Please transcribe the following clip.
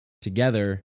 together